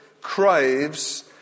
craves